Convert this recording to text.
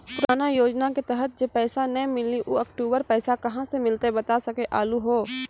पुराना योजना के तहत जे पैसा नै मिलनी ऊ अक्टूबर पैसा कहां से मिलते बता सके आलू हो?